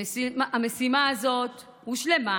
המשימה הזאת הושלמה,